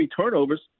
turnovers